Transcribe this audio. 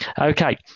Okay